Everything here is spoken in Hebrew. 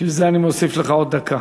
בשביל זה אני מוסיף לך עוד דקה.